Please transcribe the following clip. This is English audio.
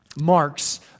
marks